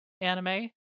anime